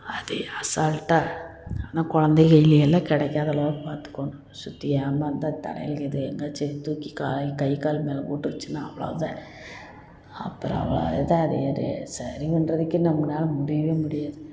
அதே அசால்ட்டாக ஆனால் குழந்தைக கையில் எல்லாம் கிடைக்காத அளவுக்கு பாத்துக்கணும் சுத்தி ஏமாந்தால் தரையில் இது எங்காச்சும் தூக்கி கை கால் மேலே போட்டுருச்சுனா அவ்வளோதான் அப்பறம் அவ்வளோ இதாக ஒரு சரி பண்ணுறதுக்கே நம்பளால முடியவே முடியாது